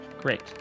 Great